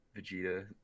Vegeta